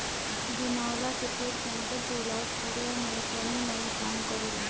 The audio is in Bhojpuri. बिनौला के तेल कैंसर के इलाज करे में तनीमनी काम करेला